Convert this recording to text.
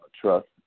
trust